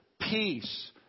peace